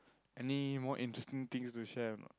anymore interesting things to share or not